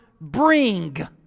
bring